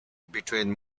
between